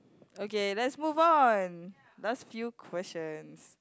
okay let's move on last few questions